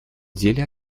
деле